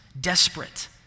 desperate